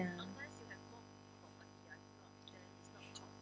ya